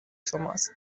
شماست